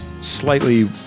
slightly